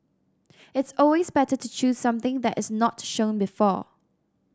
it's always better to choose something that is not shown before